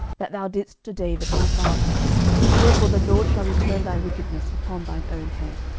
that thou didst to david my father therefore the lord shall return thy wickedness upon thine own head